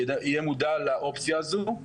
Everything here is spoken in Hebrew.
הוא יהיה מודע לאופציה הזו,